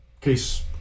case